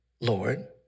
Lord